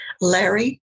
Larry